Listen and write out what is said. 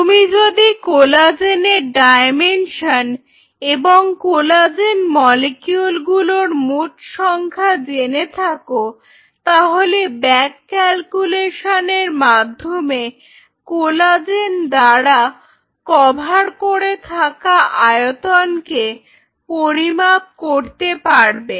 তুমি যদি কোলাজেনের ডায়মেনশন এবং কোলাজেন মলিকিউলগুলোর মোট সংখ্যা জেনে থাকো তাহলে ব্যাক ক্যাল্কুলেশনের মাধ্যমে কোলাজেন দ্বারা কভার করে থাকা আয়তনকে পরিমাপ করতে পারবে